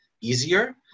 easier